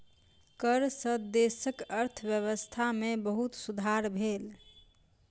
कर सॅ देशक अर्थव्यवस्था में बहुत सुधार भेल